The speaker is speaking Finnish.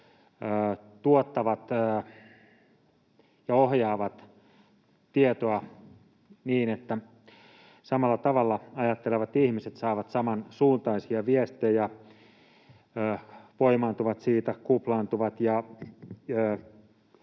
tuottavat ja ohjaavat tietoa niin, että samalla tavalla ajattelevat ihmiset saavat samansuuntaisia viestejä, voimaantuvat siitä, kuplaantuvat